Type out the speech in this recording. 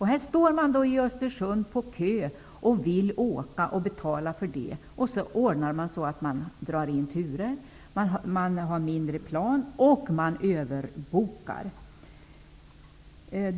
Här står man i kö i Östersund och vill åka, och betala för det. Då drar man in turer. Man har mindre plan och man överbokar.